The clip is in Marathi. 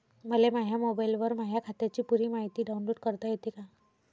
मले माह्या मोबाईलवर माह्या खात्याची पुरी मायती डाऊनलोड करता येते का?